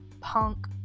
punk